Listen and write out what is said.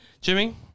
Jimmy